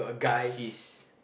he's